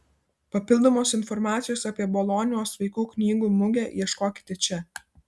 papildomos informacijos apie bolonijos vaikų knygų mugę ieškokite čia